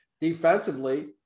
Defensively